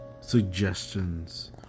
suggestions